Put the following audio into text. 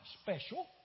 special